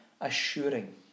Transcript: assuring